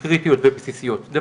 בין 40-49 ועוד 6% מתחת